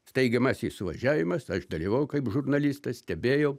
steigiamasis suvažiavimas aš dalyvavau kaip žurnalistas stebėjau